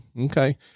Okay